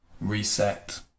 reset